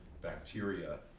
bacteria